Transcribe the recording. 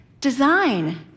Design